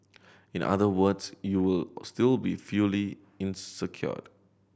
in other words you will still be in secured